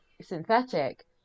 synthetic